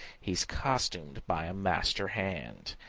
he's costumed by a master hand!